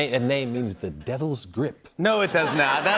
ah name means the devil's grip. no, it does not. that